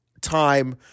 time